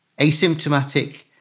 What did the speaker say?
asymptomatic